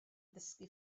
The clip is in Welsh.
dysgu